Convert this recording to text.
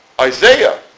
Isaiah